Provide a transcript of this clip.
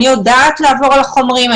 אני יודעת לעבור על החומרים,